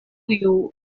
you